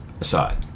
aside